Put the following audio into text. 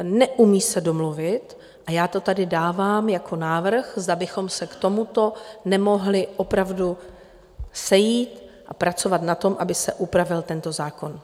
Neumí se domluvit a já to tady dávám jako návrh, zda bychom se k tomuto nemohli opravdu sejít a pracovat na tom, aby se upravil tento zákon.